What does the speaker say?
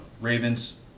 Ravens